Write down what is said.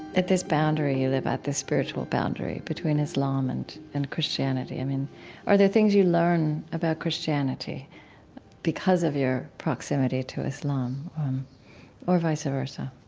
at this boundary you live at this spiritual boundary between islam and and christianity? i mean are there things you learn about christianity because of your proximity to islam or vice versa?